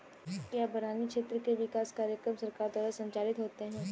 क्या बरानी क्षेत्र के विकास कार्यक्रम सरकार द्वारा संचालित होते हैं?